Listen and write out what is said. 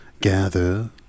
gather